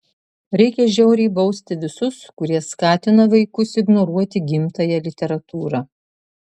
reikia žiauriai bausti visus kurie skatina vaikus ignoruoti gimtąją literatūrą